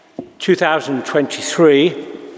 2023